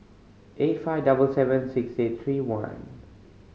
eight five double seven six eight three one